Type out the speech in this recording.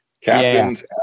Captains